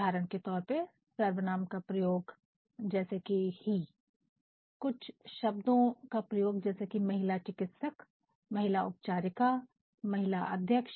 उदाहरण के तौर पर सर्वनाम का प्रयोग जैसे कि he कुछ शब्दों का प्रयोग जैसे कि महिला चिकित्सक महिला उपचारिका महिला अध्यक्ष